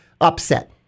upset